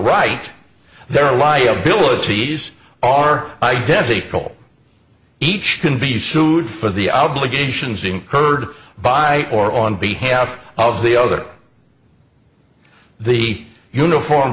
right their liabilities are identical each can be sued for the obligations incurred by or on behalf of the other the uniform